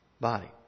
body